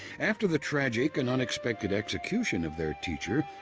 after the tragic and unexpected execution of their teacher,